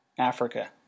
Africa